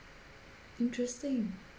interesting